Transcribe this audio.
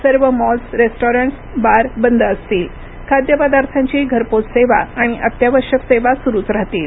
सर्व malls restaurants bar बंद असतील खाद्य पदार्थांची घरपोच सेवा आणि अत्यावश्यक सेवा सुरूच राहतील